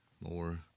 more